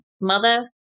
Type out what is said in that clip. Mother